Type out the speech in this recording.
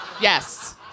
Yes